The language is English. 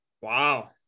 Wow